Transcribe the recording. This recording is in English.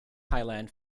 thailand